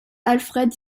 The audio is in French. alfred